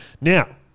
Now